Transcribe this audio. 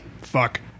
Fuck